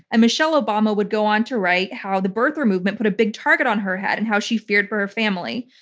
and michelle obama would go on to write how the birther movement put a big target on her head and how she feared for her family.